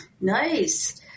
Nice